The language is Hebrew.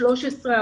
13,